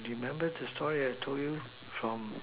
remember the story I tell you from